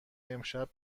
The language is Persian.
امشب